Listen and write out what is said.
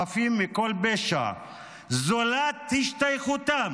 החפים מכל פשע זולת השתייכותם